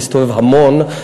להסתובב המון.